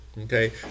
okay